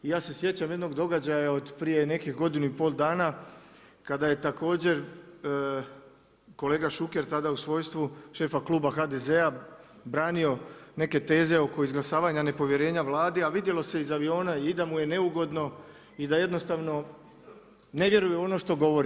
I ja se sjećam jednog događaja od prije nekih godinu i pol dana kada je također kolega Šuker tada u svojstvu šefa kluba HDZ-a branio neke teze oko izglasavanja nepovjerenja Vladi a vidjelo se iz aviona i da mu je neugodno i da jednostavno ne vjeruje u ono što govori.